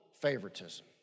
favoritism